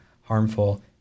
harmful